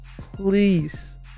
Please